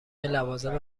لوازم